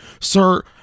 sir